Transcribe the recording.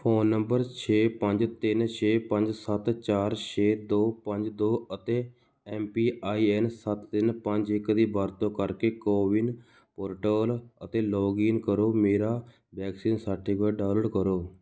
phone number ਛੇ ਪੰਜ ਤਿੰਨ ਛੇ ਪੰਜ ਸੱਤ ਚਾਰ ਛੇ ਦੋ ਪੰਜ ਦੋ ਅਤੇ ਐੱਮ ਪੀ ਆਈ ਐੱਨ ਸੱਤ ਤਿੰਨ ਪੰਜ ਇੱਕ ਦੀ ਵਰਤੋਂ ਕਰਕੇ ਕੋਵਿਨ ਪੋਰਟਲ 'ਤੇ ਲੌਗਇਨ ਕਰੋ ਅਤੇ ਮੇਰਾ ਵੈਕਸੀਨ ਸਰਟੀਫਿਕੇਟ ਡਾਊਨਲੋਡ ਕਰੋ